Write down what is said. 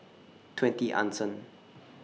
twenty Anson